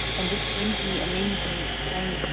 and this brings me amazing strength.